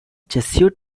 jesuit